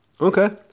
Okay